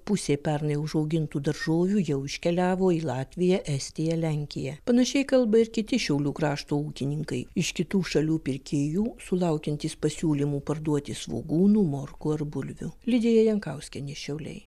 pusė pernai užaugintų daržovių jau iškeliavo į latviją estiją lenkiją panašiai kalba ir kiti šiaulių krašto ūkininkai iš kitų šalių pirkėjų sulaukiantys pasiūlymų parduoti svogūnų morkų ar bulvių lidija jankauskienė šiauliai